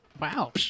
Wow